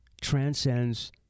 transcends